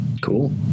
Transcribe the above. Cool